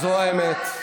זו האמת.